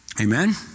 Amen